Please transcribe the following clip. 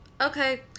okay